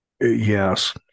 Yes